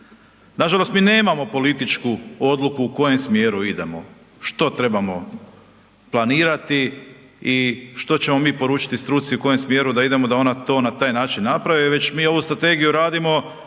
Nažalost, mi nemamo političku odluku u kojem smjeru idemo, što trebamo planirati i što ćemo mi poručiti struci u kojem smjeru da idemo da ona to na taj način napravi, već mi ovu strategiju radimo